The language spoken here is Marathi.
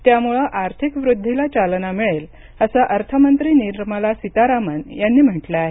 त्यामुळे आर्थिक वृद्वीला चालना मिळेल असं अर्थमंत्री निर्मला सीतारामन यांनी म्हटलं आहे